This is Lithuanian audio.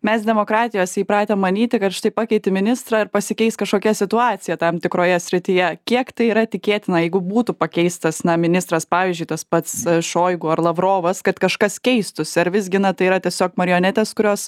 mes demokratijose įpratę manyti kad štai pakeiti ministrą ir pasikeis kažkokia situacija tam tikroje srityje kiek tai yra tikėtina jeigu būtų pakeistas na ministras pavyzdžiui tas pats šoigu ar lavrovas kad kažkas keistųsi ar visgi na tai yra tiesiog marionetės kurios